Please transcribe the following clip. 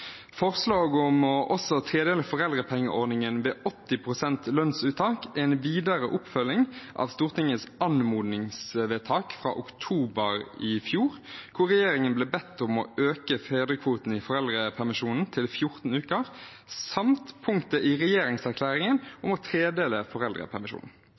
om også å tredele foreldrepengeordningen ved 80 pst. lønnsuttak er en videre oppfølging av Stortingets anmodningsvedtak fra oktober i fjor, hvor regjeringen ble bedt om å øke fedrekvoten i foreldrepermisjonen til 14 uker, samt punktet i regjeringserklæringen om å tredele foreldrepermisjonen.